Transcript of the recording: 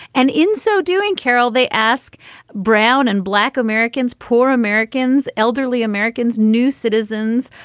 and in so doing, carol, they ask brown and black americans, poor americans, elderly americans, new citizens,